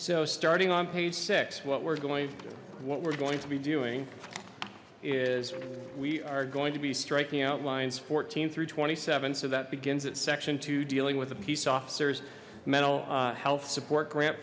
so starting on page six what we're going what we're going to be doing is we are going to be striking out lines fourteen through twenty seven so that begins at section two dealing with a piece officers mental health support grant